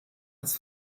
als